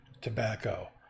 tobacco